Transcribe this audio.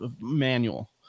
manual